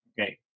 Okay